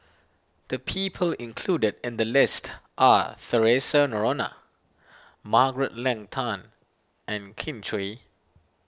the people included in the list are theresa Noronha Margaret Leng Tan and Kin Chui